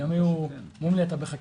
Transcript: גם אם היו אומרים לי - אתה בחקירה,